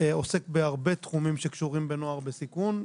עוסק בהרבה תחומים שקשורים בנוער סיכון,